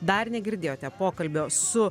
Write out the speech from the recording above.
dar negirdėjote pokalbio su